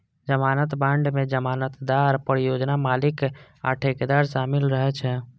जमानत बांड मे जमानतदार, परियोजना मालिक आ ठेकेदार शामिल रहै छै